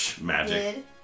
Magic